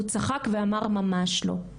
והוא צחק ואמר שממש לא.